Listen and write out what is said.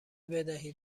بدهید